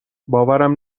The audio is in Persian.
باورم